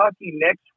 next